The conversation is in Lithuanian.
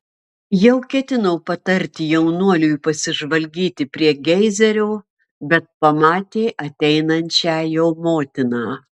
jau ketino patarti jaunuoliui pasižvalgyti prie geizerio bet pamatė ateinančią jo motiną